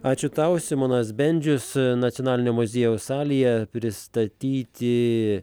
ačiū tau simonas bendžius nacionalinio muziejaus salėje pristatyti